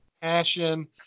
passion